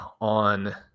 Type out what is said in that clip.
on